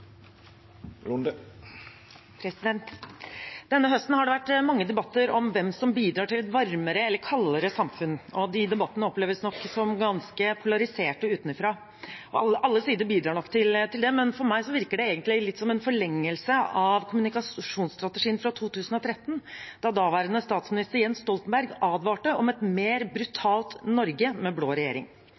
eller kaldere samfunn, og de debattene oppleves nok som ganske polariserte utenifra. Alle sider bidrar nok til det, men for meg virker det egentlig litt som en forlengelse av kommunikasjonsstrategien fra 2013, da daværende statsminister Jens Stoltenberg advarte om et mer brutalt Norge med blå regjering.